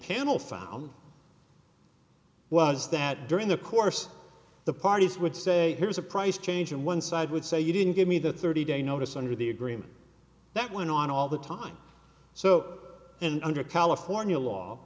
panel found was that during the course the parties would say here's a price change and one side would say you didn't give me the thirty day notice under the agreement that went on all the time so and under california law